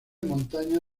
montaña